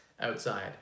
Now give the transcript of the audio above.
outside